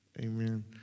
Amen